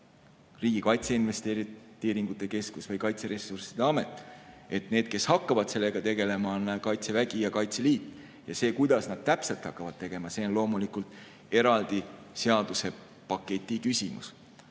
Riigi Kaitseinvesteeringute Keskus või Kaitseressursside Amet. Sellega hakkavad tegelema Kaitsevägi ja Kaitseliit. Ja see, kuidas nad täpselt hakkavad seda tegema, on loomulikult eraldi seadusepaketi küsimus.